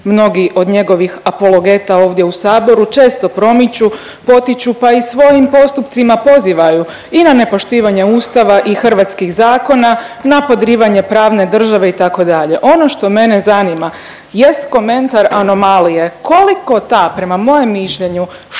mnogi od njegovih apologeta ovdje u saboru često promiču, potiču pa i svojim postupcima pozivaju i na nepoštivanje Ustava i hrvatskih zakona, na podrivanje pravne države itd. Ono što mene zanima jest komentar anomalije koliko ta prema mojem mišljenju